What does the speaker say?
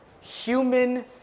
human